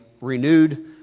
renewed